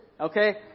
okay